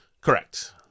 Correct